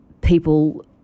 people